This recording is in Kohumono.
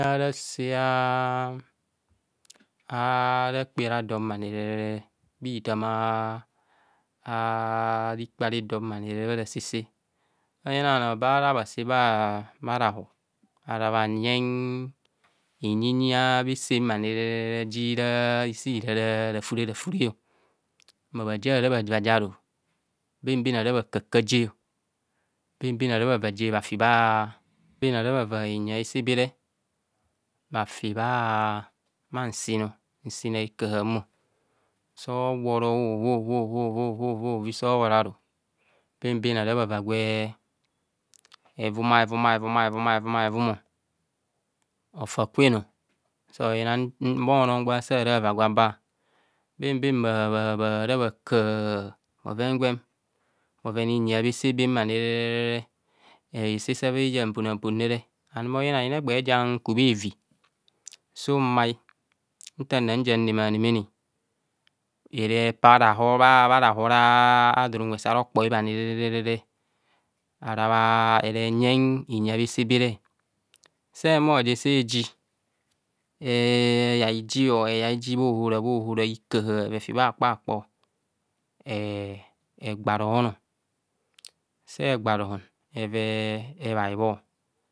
Ara rạsạ ạra dom anire, bhithem a a rikpe ari domani re, bha rạ sạ sạ, oyina bhanoo bha ra bha saa bha raho ara bha nyeng inyinyi abhasa ma ni re re ji si ra rafure rafure ọ, ma re bha ji aru, bham bham ara bha kạ kạ ji o, bhan bhan ara bhava nyi asa be re bha fi baa, nsin ọ, nsin akaham ọ, soo woro ovovovovi so bhoro aru, bhan, bhan, ara bhavaa gwe hevum aewum aewum aewum o, hota kwen o, bha onum gwa saa ra vaa gwa ba, bhan, bhan, ara bha kaa bhaven gwem, bhoven inyi abhasn bham ani re re, hasa sa bha ya mponanpon re re, anum oyina yina egbee ja kubhavi su mai, nta na nsa namanemane, ere paa raho, bha raho ja donunwe saa rokpae bhani re, renyeng inyi abhasa bhare, se humo bhasaji, eyai ji, eyai ji bhaohara ikahaa evaa afi bha kpakpo, egba rohonọ se gbarohon eve bae bho